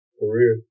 career